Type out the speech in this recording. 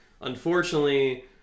unfortunately